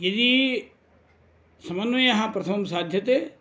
यदि समन्वयः प्रथमं साध्यते